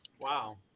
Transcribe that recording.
Wow